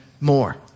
more